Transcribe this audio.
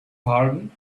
pardon